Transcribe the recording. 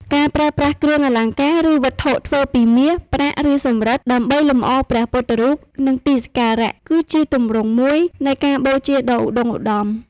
ការប្រើប្រាស់គ្រឿងអលង្ការ ឬវត្ថុធ្វើពីមាស ប្រាក់ ឬសំរឹទ្ធ ដើម្បីលម្អព្រះពុទ្ធរូប និងទីសក្ការៈ គឺជាទម្រង់មួយនៃការបូជាដ៏ឧត្តុង្គឧត្តម។